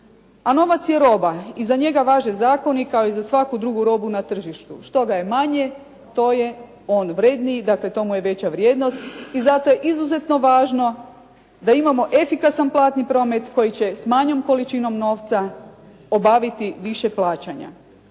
A novac je roba i za njega važe zakoni, kao i za svaku drugu robu na tržištu, što ga je manje to je on vredniji, dakle to mu je veća vrijednost i zato je izuzetno važno da imamo efikasan platni promet koji će s manjom količinom novca obaviti više plaćanja.